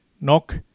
Knock